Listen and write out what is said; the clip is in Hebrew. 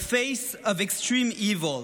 a face of extreme evil.